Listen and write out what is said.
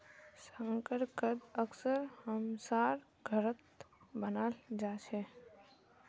शकरकंद अक्सर हमसार घरत बनाल जा छे